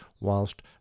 whilst